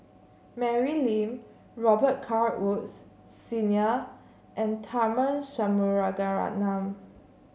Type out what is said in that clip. Mary Lim Robet Carr Woods Senior and Tharman Shanmugaratnam